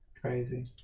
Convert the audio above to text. Crazy